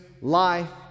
life